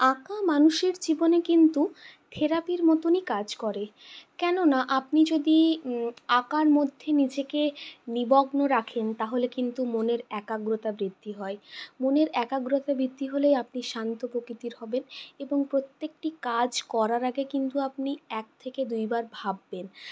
আঁকা মানুষের জীবনে কিন্তু থেরাপির মতনই কিন্তু কাজ করে কেননা আপনি যদি আঁকার মধ্য়ে নিজেকে নিমগ্ন রাখেন তাহলে কিন্তু মনের একাগ্রতা বৃদ্ধি হয় মনের একাগ্রতা বৃদ্ধি হলেই আপনি শান্ত প্রকৃতির হবেন এবং প্রত্যেকটি কাজ করার আগে কিন্তু আপনি এক থেকে দুইবার ভাববেন